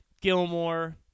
Gilmore